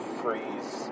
freeze